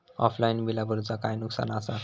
Offline बिला भरूचा काय नुकसान आसा?